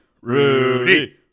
Rudy